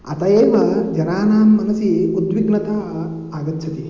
अत एव जनानां मनसि उद्विग्नता आगच्छति